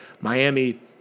Miami